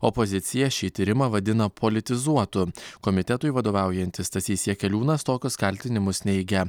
opozicija šį tyrimą vadina politizuotu komitetui vadovaujantis stasys jakeliūnas tokius kaltinimus neigia